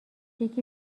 یکی